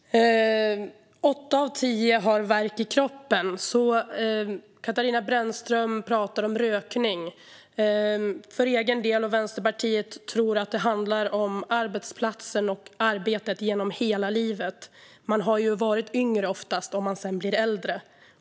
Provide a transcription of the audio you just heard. Fru talman! Åtta av tio har värk i kroppen. Katarina Brännström pratar om rökning. Vänsterpartiet tror att det handlar om arbetsplatsen och arbetet genom hela livet. Man har ju varit yngre om man sedan blir äldre.